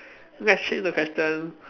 let's trade the question